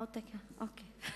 עוד דקה, בסדר.